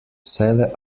celle